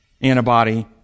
antibody